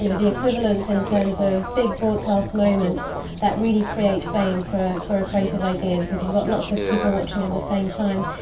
and the equivalent in terms of big broadcast moments that really create fame for for a. creative idea because you've got lots of people watching at the same time.